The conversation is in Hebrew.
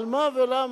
על מה ולמה?